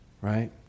Right